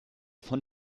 von